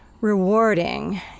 rewarding